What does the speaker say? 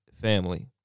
family